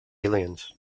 aliens